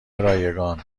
رایگان